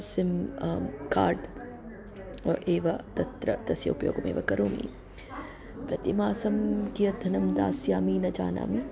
सिं card वा एव तत्र तस्य उपयोगमेव करोमि प्रतिमासं कियत् धनं दास्यामि न जानामि